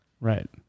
right